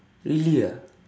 really ah